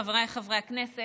חבריי חברי הכנסת,